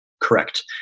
Correct